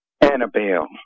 Annabelle